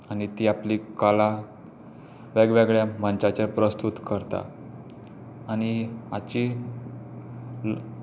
आनी ती आपली कला वेगवेगळ्या मंचाचेर प्रस्तूत करता आनी हाची